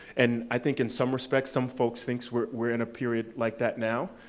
and, i think, in some respects, some folks think we're we're in a period like that now.